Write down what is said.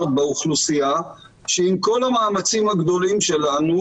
באוכלוסייה שעם כל המאמצים הגדולים שלנו,